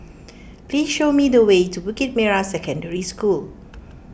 please show me the way to Bukit Merah Secondary School